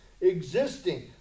existing